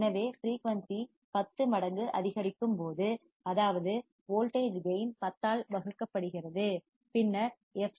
எனவே ஃபிரீயூன்சி பத்து மடங்கு அதிகரிக்கும் போது அதாவது வோல்டேஜ் கேயின் 10 ஆல் வகுக்கப்படுகிறது பின்னர் எஃப்